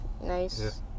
nice